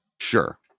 Sure